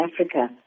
Africa